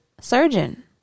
surgeon